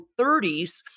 30s